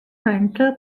rental